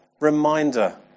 reminder